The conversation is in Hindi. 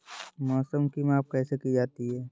मौसम की माप कैसे की जाती है?